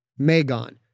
Magon